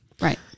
Right